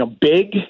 big